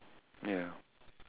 ya